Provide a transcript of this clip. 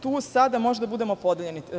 Tu sada možemo da budemo podeljeni.